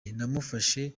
igamije